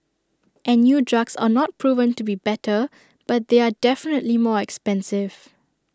and new drugs are not proven to be better but they are definitely more expensive